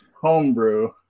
homebrew